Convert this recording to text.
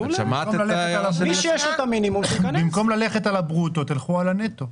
את שמעת את ההערה של --- במקום ללכת על הברוטו תלכו על הנטו.